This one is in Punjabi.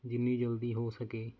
ਜਿੰਨੀ ਜਲਦੀ ਹੋ ਸਕੇ